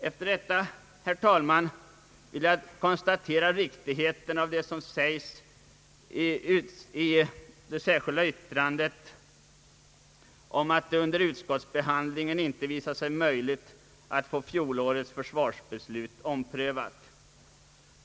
Efter detta, herr talman, vill jag konstatera riktigheten i det som framförs i det särskilda yttrandet om att det under utskottsbehandlingen inte visat sig möjligt att få fjolårets försvarsbeslut omprövat.